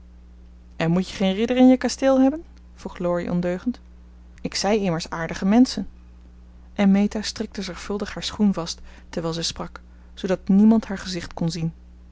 en moet je geen ridder in je kasteel hebben vroeg laurie ondeugend ik zei immers aardige menschen en meta strikte zorgvuldig haar schoen vast terwijl zij sprak zoodat niemand haar gezicht kon zien